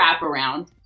wraparound